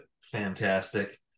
fantastic